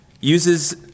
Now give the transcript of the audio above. uses